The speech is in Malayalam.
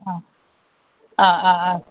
ആ ആ ആ ആ